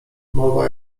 mowa